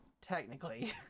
technically